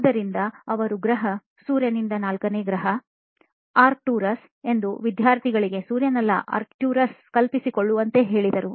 ಆದ್ದರಿಂದ ಅವರು ಗ್ರಹ ಸೂರ್ಯನಿಂದ ನಾಲ್ಕನೇ ಗ್ರಹ ಆರ್ಕ್ಟುರಸ್ ಎಂದು ವಿದ್ಯಾರ್ಥಿಗಳಿಗೆ ಸೂರ್ಯನಲ್ಲ ಆರ್ಕ್ಟುರಸನ್ನು ಕಲ್ಪಿಸಿಕೊಳ್ಳುವಂತೆ ಕೇಳಿದರು